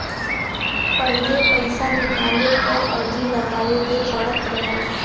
पहिले पइसा निकाले क अर्जी लगावे के पड़त रहल